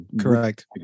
correct